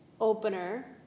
opener